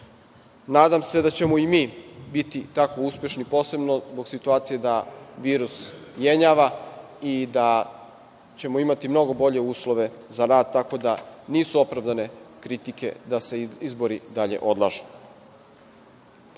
se da ćemo i mi biti tako uspešni, posebno zbog situacije da virus jenjava i da ćemo imati mnogo bolje uslove za rad, tako da nisu opravdane kritike da se izbori dalje